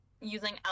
using